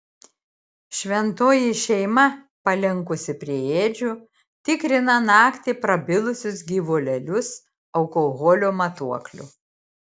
šventoji šeima palinkusi prie ėdžių tikrina naktį prabilusius gyvulėlius alkoholio matuokliu